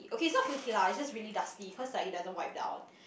okay is not filthy lah is just really dusty cause like it doesn't wipe down